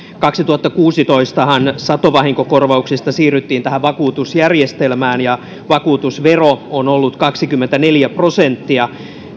kaksituhattakuusitoistahan satovahinkokorvauksista siirryttiin tähän vakuutusjärjestelmään ja vakuutusvero on ollut kaksikymmentäneljä prosenttia